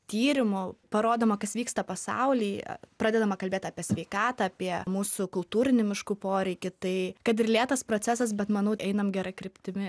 tyrimų parodoma kas vyksta pasauly pradedama kalbėt apie sveikatą apie mūsų kultūrinį miškų poreikį tai kad ir lėtas procesas bet manau einam gera kryptimi